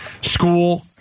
school